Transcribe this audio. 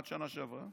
עד השנה שעברה,